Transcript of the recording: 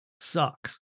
sucks